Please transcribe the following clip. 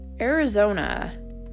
Arizona